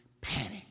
panic